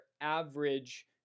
average